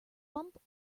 bump